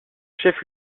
chef